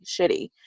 shitty